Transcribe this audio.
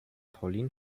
pauline